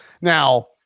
Now